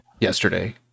yesterday